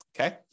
okay